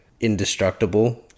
indestructible